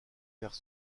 vers